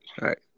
right